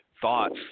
thoughts